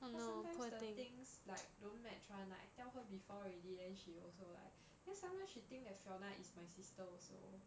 cause sometimes the things like don't match [one] like I tell her before already then she also like then sometimes she think that fiona is my sister also